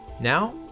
Now